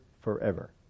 forever